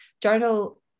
journal